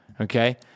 Okay